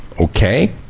Okay